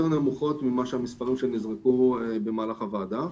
נמוכות מהמספרים שנזרקו במהלך הוועדה,